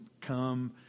come